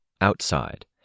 Outside